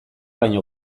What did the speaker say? baino